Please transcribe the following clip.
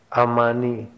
amani